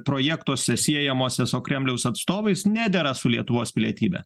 projektuose siejamuose su kremliaus atstovais nedera su lietuvos pilietybe